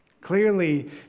Clearly